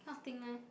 cannot think eh